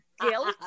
guilt